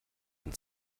den